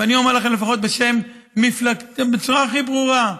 ואני אומר לכם לפחות בשם, בצורה הכי ברורה.